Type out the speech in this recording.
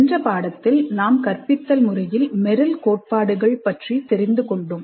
சென்ற பாடத்தில் நாம் கற்பித்தல் முறையில் மெரில் கோட்பாடுகள் பற்றி தெரிந்து கொண்டோம்